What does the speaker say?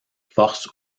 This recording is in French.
force